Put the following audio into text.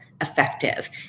effective